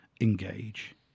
engage